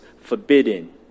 forbidden